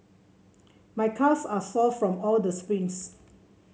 my calves are sore from all the sprints